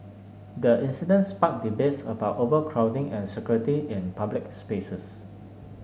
the incident sparked debates about overcrowding and security in public spaces